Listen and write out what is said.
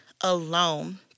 alone